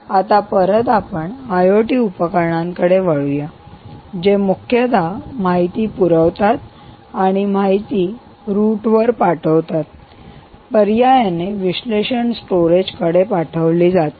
आता परत आपण आयओटी उपकरणांकडे वळूया जे मुख्यतः माहिती पुरवतात आणि माहिती मार्गावर रूटवर route पाठवतात पर्यायाने विश्लेषण स्टोरेज कडे पाठवली जाते